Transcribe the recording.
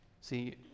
See